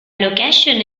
location